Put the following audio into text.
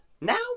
Now